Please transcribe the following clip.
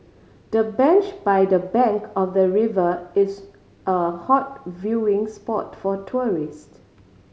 the bench by the bank of the river is a hot viewing spot for tourist